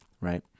right